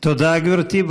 תודה, גברתי.